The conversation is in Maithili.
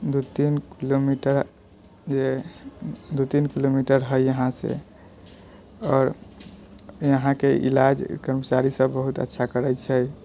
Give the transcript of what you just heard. दू तीन किलोमीटर जे दू तीन किलोमीटर हइ यहाँसँ आओर यहाँके इलाज कर्मचारी सभ बहुत अच्छा करै छै